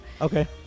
Okay